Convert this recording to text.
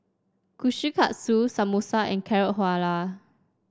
Kushikatsu Samosa and Carrot Halwa